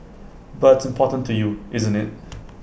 but it's important to you isn't IT